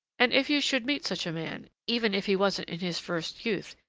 and if you should meet such a man, even if he wasn't in his first youth,